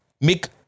make